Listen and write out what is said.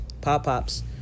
Pop-Pop's